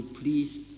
please